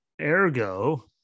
ergo